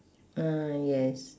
ah yes